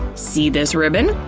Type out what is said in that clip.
see this ribbon?